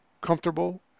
comfortable